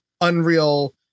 unreal